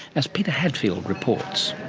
as peter hadfield reports.